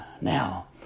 Now